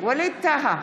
ווליד טאהא,